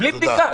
בלי בדיקה.